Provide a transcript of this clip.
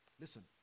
Listen